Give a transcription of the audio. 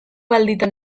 alditan